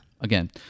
again